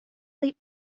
late